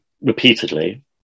repeatedly